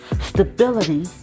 stability